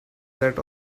that